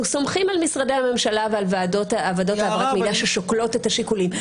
סומכים על משרדי הממשלה ועל ועדות העברת המידע ששוקלות את השיקולים.